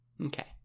Okay